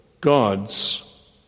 God's